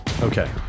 okay